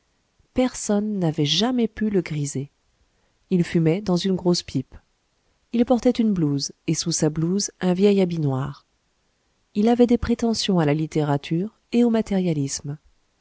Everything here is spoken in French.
personne n'avait jamais pu le griser il fumait dans une grosse pipe il portait une blouse et sous sa blouse un vieil habit noir il avait des prétentions à la littérature et au matérialisme